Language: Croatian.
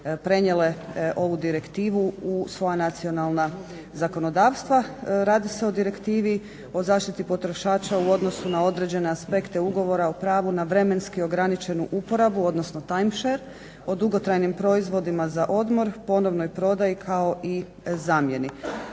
prenijele ovu direktivu u svoja nacionalna zakonodavstva. Radi se o Direktivi o zaštiti potrošača u odnosu na određene aspekte ugovora o pravu na vremenski ograničenu uporabu, odnosno time share, o dugotrajnim proizvodima za odmor, ponovnoj prodaji kao i zamjeni.